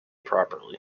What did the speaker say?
properly